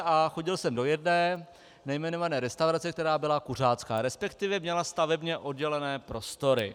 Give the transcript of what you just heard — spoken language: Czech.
A chodil jsem do jedné nejmenované restaurace, která byla kuřácká, resp. měla stavebně oddělené prostory.